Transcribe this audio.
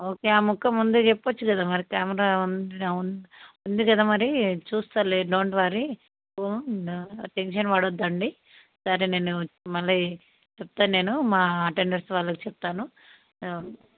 okay ఆ ముక్క ముందే చెప్పచ్చు కదా మరి కెమెరా ఉంది ఉం ఉంది కదా మరి చూస్తాలే డోంట్ వర్రీ టెన్షన్ పడద్దు అండి సరే నేను మళ్ళీ చెప్తాను నేను మా అటెండర్స్ వాళ్ళకు చెప్తాను